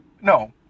no